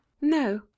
no